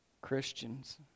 Christians